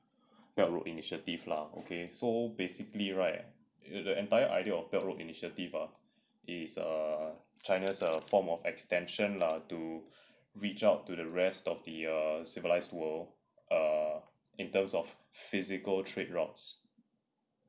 belt road initiative lah okay so basically right the entire idea of belt road initiative ah is a china's form of extension lah to reach out to the rest of the civilized world err in terms of physical trade routes